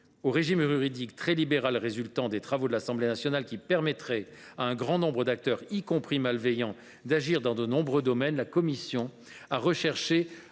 Au régime juridique très libéral résultant des travaux de l’Assemblée nationale, qui permettrait à un grand nombre d’acteurs, y compris malveillants, d’agir dans de nombreux domaines, la commission oppose